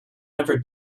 never